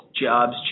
jobs